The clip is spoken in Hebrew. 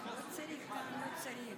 חבר הכנסת אריאל קלנר.